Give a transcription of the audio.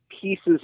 pieces